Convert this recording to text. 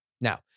Now